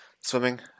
swimming